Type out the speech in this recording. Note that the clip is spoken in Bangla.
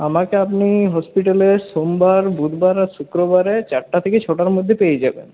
আমাকে আপনি হসপিটালে সোমবার বুধবার আর শুক্রবারে চারটা থেকে ছটার মধ্যে পেয়ে যাবেন